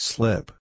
Slip